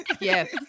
Yes